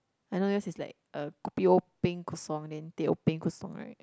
I know yours is like a kopi O peng kosong then teh O peng kosong right